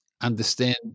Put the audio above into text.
understand